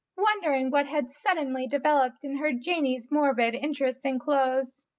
wondering what had suddenly developed in her janey's morbid interest in clothes.